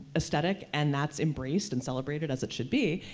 aesthetic, and that's embraced and celebrated, as it should be,